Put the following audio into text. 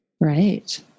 Right